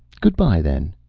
good-bye then.